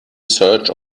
search